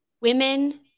Women